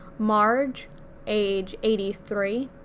marge age eighty three,